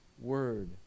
Word